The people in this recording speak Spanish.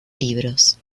libros